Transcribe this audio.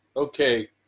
Okay